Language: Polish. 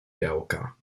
białka